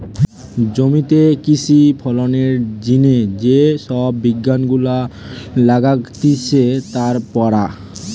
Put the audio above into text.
জমিতে কৃষি ফলনের জিনে যে সব বিজ্ঞান গুলা লাগতিছে তার পড়া